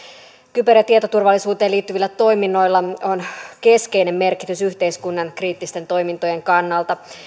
kyber ja tietoturvallisuuteen liittyvillä toiminnoilla on keskeinen merkitys yhteiskunnan kriittisten toimintojen kannalta